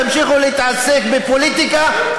תמשיכו להתעסק בפוליטיקה,